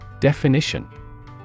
Definition